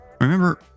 Remember